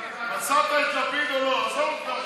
ההצעה להעביר את הצעת חוק העמותות (תיקון מס'